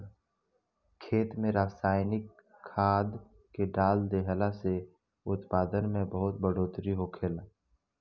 खेत में रसायनिक खाद्य के डाल देहला से उत्पादन में बहुत बढ़ोतरी होखेला